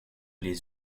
les